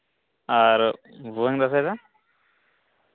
ᱟᱨ ᱵᱷᱩᱣᱟᱹᱝ ᱫᱟᱸᱥᱟᱭ ᱫᱚ